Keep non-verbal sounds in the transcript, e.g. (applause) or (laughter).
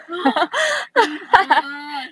(noise) mos burgers